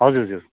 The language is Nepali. हजुर हजुर